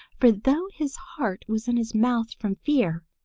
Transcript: for though his heart was in his mouth from fear,